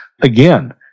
again